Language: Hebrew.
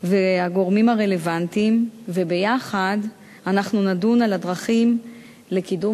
והגורמים הרלוונטיים וביחד נדון על הדרכים לקידום